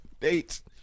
dates